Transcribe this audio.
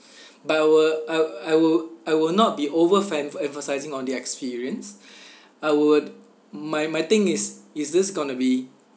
but I will I I will I will not be overenf~~ emphasising on the experience I would my my think is is this going to be